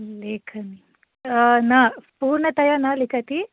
लेखनी न पूर्णतया न लिखति